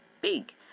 big